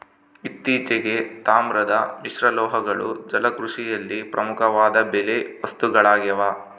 ಇತ್ತೀಚೆಗೆ, ತಾಮ್ರದ ಮಿಶ್ರಲೋಹಗಳು ಜಲಕೃಷಿಯಲ್ಲಿ ಪ್ರಮುಖವಾದ ಬಲೆ ವಸ್ತುಗಳಾಗ್ಯವ